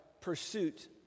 pursuit